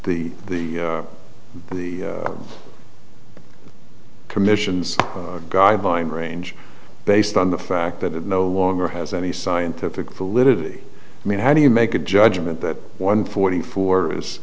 the the the commission's guideline range based on the fact that it no longer has any scientific validity i mean how do you make a judgment that one forty four is